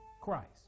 Christ